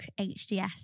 HDS